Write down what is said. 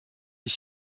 les